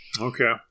okay